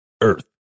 Earth